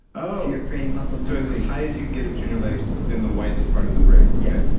ah you're creating muscle. so, it's as high as you can get between your legs in the widest part of the brick. okay.